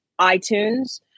iTunes